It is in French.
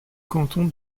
canton